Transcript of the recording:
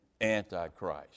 Antichrist